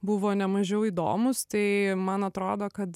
buvo nemažiau įdomūs tai man atrodo kad